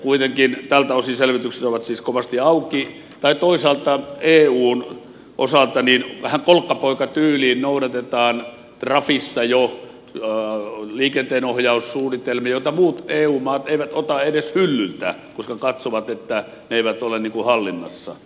kuitenkin tältä osin selvitykset ovat siis kovasti auki tai toisaalta eun osalta vähän kolkkapoikatyyliin noudatetaan jo trafissa liikenteenohjaussuunnitelmia joita muut eu maat eivät ota edes hyllyltä koska katsovat että ne eivät ole hallinnassa